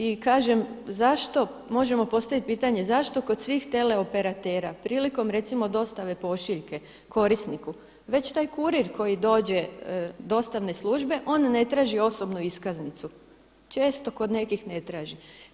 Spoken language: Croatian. I možemo postaviti pitanje, zašto kod svih teleoperatera prilikom recimo dostave pošiljke korisniku već taj kurir koji dođe dostavne službe on ne traži osobnu iskaznicu, često kod nekih ne traži.